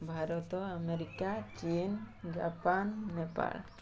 Bharat America ଚୀନ୍ Japan Nepal